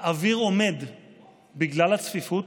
האוויר עומד בגלל הצפיפות,